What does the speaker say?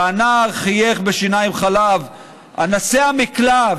// והנער חייך בשיניים-חלב: / 'אנסה המקלע'...